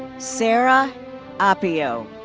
sarah apio.